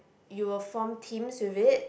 you'll form teams with it